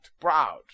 proud